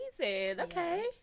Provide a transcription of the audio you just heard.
Okay